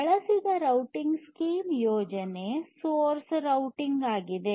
ಬಳಸಿದ routing scheme ಯೋಜನೆ source routing ಆಗಿದೆ